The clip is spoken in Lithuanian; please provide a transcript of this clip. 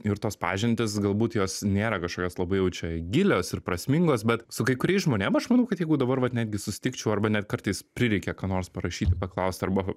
ir tos pažintys galbūt jos nėra kažkokios labai jau čia gilios ir prasmingos bet su kai kuriais žmonėm aš manau kad jeigu dabar vat netgi susitikčiau arba net kartais prireikia ką nors parašyti paklausti arba